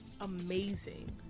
amazing